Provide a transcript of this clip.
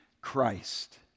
Christ